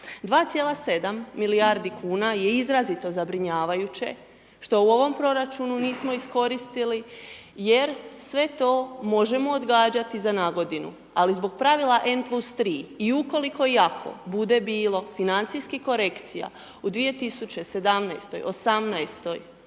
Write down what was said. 2,7 milijardi kuna je izrazito zabrinjavajuće što u ovom proračunu nismo iskoristili, jer sve to možemo odgađati za nagodinu. Ali zbog pravila M + 3 i ukoliko i ako bude bilo financijskih korekcija u 2017., 2018.